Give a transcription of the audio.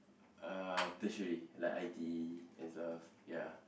uh tertiary like I_T_E and stuff ya